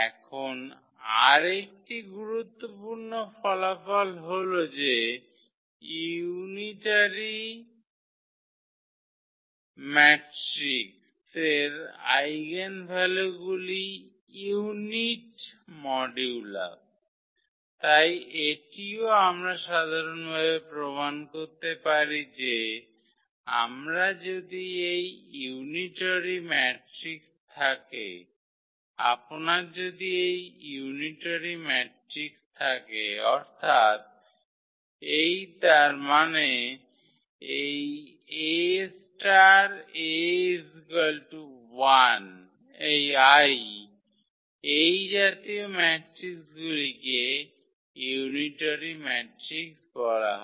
এখন আরেকটি গুরুত্বপূর্ণ ফলাফল হল যে ইউনিটরি ম্যাট্রিক্সের আইগেনভ্যালুগুলি ইউনিট মডুলাস তাই এটিও আমরা সাধারণভাবে প্রমাণ করতে পারি যে আপনার যদি এই ইউনিটরি ম্যাট্রিক্স থাকে অর্থাৎ এই তার মানে এই 𝐴∗ 𝐴 𝐼 এই জাতীয় ম্যাট্রিক্সগুলিকে ইউনিটরি ম্যাট্রিক্স বলা হয়